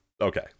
okay